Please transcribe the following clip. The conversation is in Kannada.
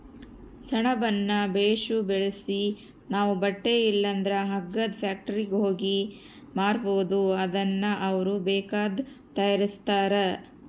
ಸೆಣಬುನ್ನ ಬೇಸು ಬೆಳ್ಸಿ ನಾವು ಬಟ್ಟೆ ಇಲ್ಲಂದ್ರ ಹಗ್ಗದ ಫ್ಯಾಕ್ಟರಿಯೋರ್ಗೆ ಮಾರ್ಬೋದು ಅದುನ್ನ ಅವ್ರು ಬೇಕಾದ್ದು ತಯಾರಿಸ್ತಾರ